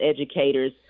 educators